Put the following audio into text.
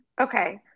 Okay